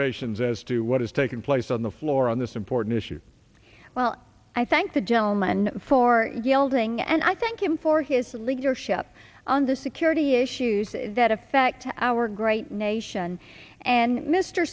observations as to what is taking place on the floor on this important issue well i thank the gentleman for yielding and i thank him for his leadership on the security issues that affect our great nation and mr